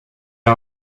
are